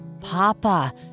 Papa